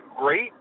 great